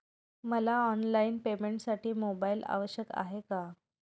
मला ऑनलाईन पेमेंटसाठी मोबाईल आवश्यक आहे का?